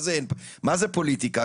מה זה פוליטיקה?